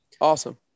Awesome